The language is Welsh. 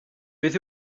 beth